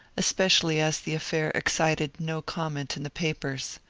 especially as the affair excited no comment in the papers.